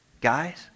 guys